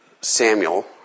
Samuel